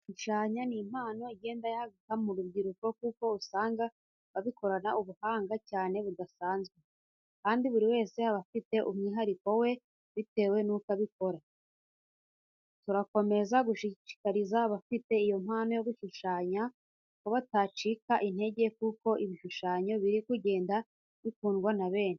Gushushanya ni impano igenda yaguka mu rubyiruko kuko usanga babikorana ubuhanga cyane budasanzwe, kandi buri wese aba afite umwihariko we bitewe n'uko abikora. Turakomeza gushishikariza abafite iyo mpano yo gushushanya ko batacika intege kuko ibishushanyo biri kugenda bikundwa na benshi.